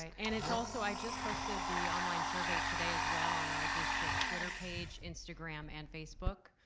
and it's also, i just posted the online survey today as well on our district twitter page, instagram, and facebook.